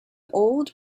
old